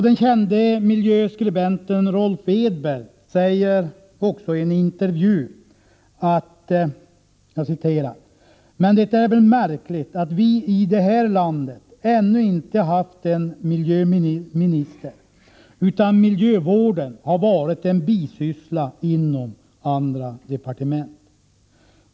Den kände miljöskribenten Rolf Edberg säger också i en intervju: ”Men det är väl märkligt att vi i det här landet ännu inte haft en miljöminister, utan miljövården har varit en bisyssla inom andra departement.